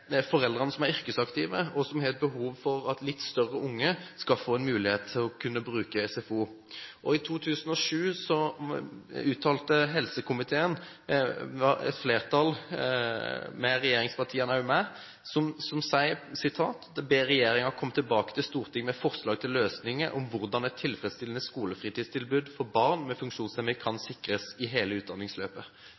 yrkesaktive foreldre som har behov for at litt større barn skal få en mulighet til å kunne bruke SFO. I 2007 ba et flertall i helse- og omsorgskomiteen – regjeringspartiene var også med – regjeringen komme tilbake til Stortinget med forslag til løsninger for hvordan et tilfredsstillende skolefritidstilbud for barn med funksjonshemninger kan